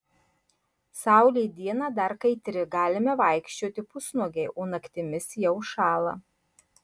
saulė dieną dar kaitri galime vaikščioti pusnuogiai o naktimis jau šąla